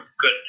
good